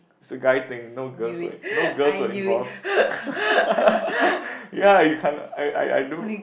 it's a guy thing no girls were no girls were involved ya you can't I I I don't